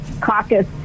caucus